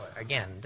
Again